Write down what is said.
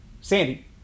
Sandy